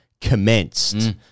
commenced